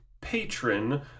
patron